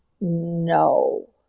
No